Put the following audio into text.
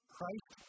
Christ